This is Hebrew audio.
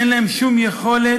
אין להם שום יכולת,